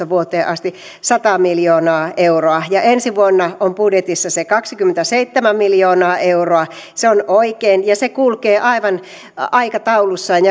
vuoteen kaksituhattaseitsemäntoista asti sata miljoonaa euroa ja ensi vuonna on budjetissa se kaksikymmentäseitsemän miljoonaa euroa se on oikein ja se kulkee aivan aikataulussaan